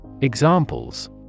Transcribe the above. Examples